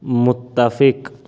متفق